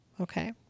Okay